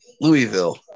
Louisville